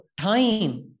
time